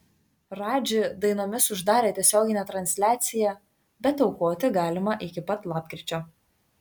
radži dainomis uždarė tiesioginę transliaciją bet aukoti galima iki pat lapkričio